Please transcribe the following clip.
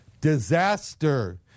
disaster